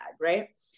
right